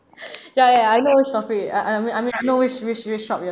ya ya I know shopping I I mean I mean know which which which shop you're